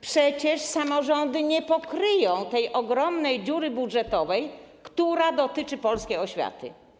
Przecież samorządy nie pokryją tej ogromnej dziury budżetowej, która dotyczy polskiej oświaty.